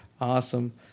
Awesome